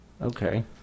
Okay